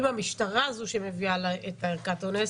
אם המשטרה היא זאת שמביאה את ערכת האונס